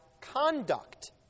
conduct